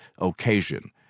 occasion